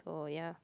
so yeah